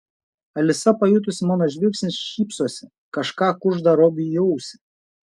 alisa pajutusi mano žvilgsnį šypsosi kažką kužda robiui į ausį